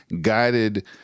guided